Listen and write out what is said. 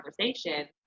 conversation